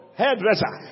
hairdresser